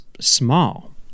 small